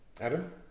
Adam